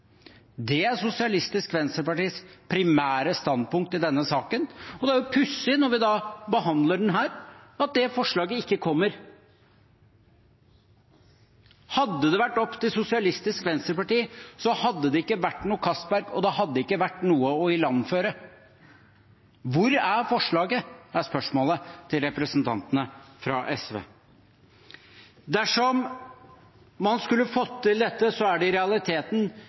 Det er Sosialistisk Venstrepartis primære standpunkt i denne saken, og når vi da behandler den her, er det pussig at det forslaget ikke kommer. Hadde det vært opp til Sosialistisk Venstreparti, hadde det ikke vært noe Castberg, og det hadde ikke vært noe å ilandføre. Hvor er forslaget? Det er spørsmålet til representantene fra SV. Dersom man skulle ha fått til dette, er det i realiteten